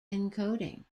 encoding